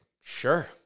Sure